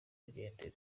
bigendera